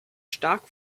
stark